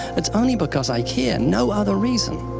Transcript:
it's only because i care, no other reason,